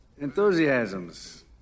Enthusiasms